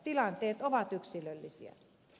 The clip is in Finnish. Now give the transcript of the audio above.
tilanteet ovat yksilöllisiä